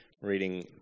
reading